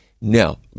Now